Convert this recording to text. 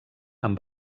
amb